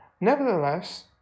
Nevertheless